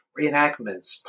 reenactments